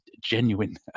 genuine